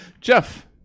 Jeff